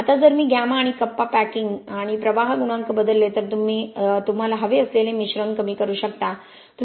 आता जर मी गॅमा आणि कप्पा पॅकिंग आणि प्रवाह गुणांक बदलले तर तुम्ही तुम्हाला हवे असलेले मिश्रण कमी करू शकता